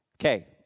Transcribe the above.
Okay